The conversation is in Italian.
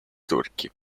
turchi